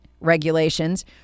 regulations